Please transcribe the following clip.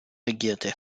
regierte